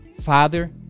Father